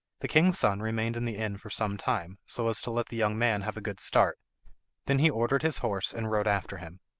the king's son remained in the inn for some time, so as to let the young man have a good start them he ordered his horse and rode after him.